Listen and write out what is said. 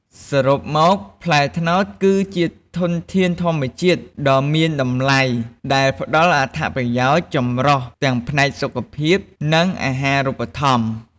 សរុបមក ផ្លែត្នោតគឺជាធនធានធម្មជាតិដ៏មានតម្លៃដែលផ្តល់អត្ថប្រយោជន៍ចម្រុះទាំងផ្នែកសុខភាព និងអាហារូបត្ថម្ភ។